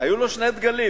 היו לו שני דגלים.